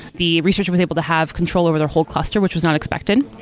the researcher was able to have control over their whole cluster, which was not expected.